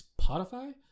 Spotify